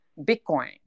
Bitcoin